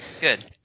Good